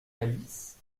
malice